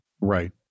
Right